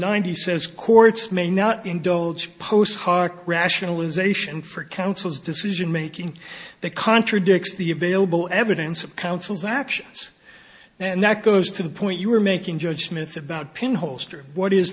ninety says courts may not indulge post heart rationalization for council's decision making that contradicts the available evidence of counsel's actions and that goes to the point you are making judgments about pinholes what is